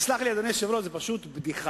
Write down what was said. תסלח לי, אדוני היושב-ראש, זה פשוט בדיחה.